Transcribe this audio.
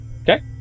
Okay